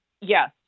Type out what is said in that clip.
Yes